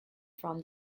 from